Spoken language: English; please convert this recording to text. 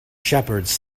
shepherds